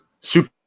Super